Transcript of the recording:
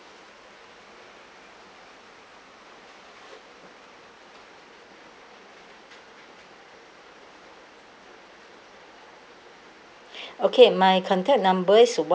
okay my contact number is